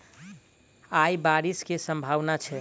आय बारिश केँ सम्भावना छै?